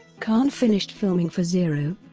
khan finished filming for zero,